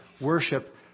worship